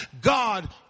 God